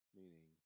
meaning